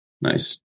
Nice